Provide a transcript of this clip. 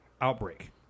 Outbreak